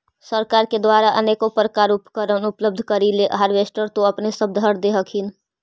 सरकार के द्वारा अनेको प्रकार उपकरण उपलब्ध करिले हारबेसटर तो अपने सब धरदे हखिन?